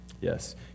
Yes